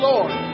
Lord